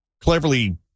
cleverly